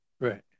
Right